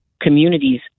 communities